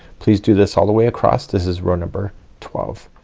please do this all the way across this is row number twelve.